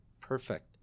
perfect